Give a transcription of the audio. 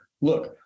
look